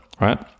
right